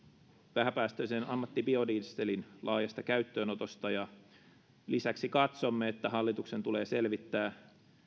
vähäpäästöisen ammattibiodieselin laajasta käyttöönotosta lisäksi katsomme että hallituksen tulee selvittää